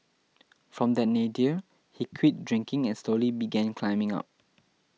from that nadir he quit drinking and slowly began climbing up